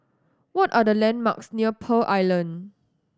what are the landmarks near Pearl Island